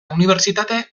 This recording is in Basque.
unibertsitate